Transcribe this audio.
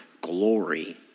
glory